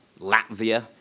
Latvia